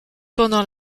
pendant